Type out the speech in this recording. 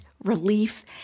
relief